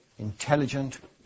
intelligent